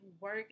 work